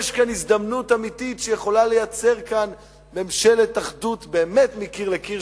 יש כאן הזדמנות אמיתית שיכולה לייצר כאן ממשלת אחדות באמת מקיר לקיר,